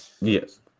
yes